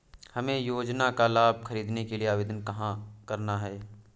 हमें योजना का लाभ ख़रीदने के लिए आवेदन कहाँ करना है?